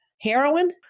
Heroin